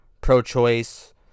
pro-choice